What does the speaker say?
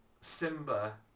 Simba